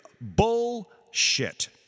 Bullshit